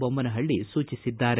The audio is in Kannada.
ಬೊಮ್ನಹಳ್ಳಿ ಸೂಚಿಸಿದ್ದಾರೆ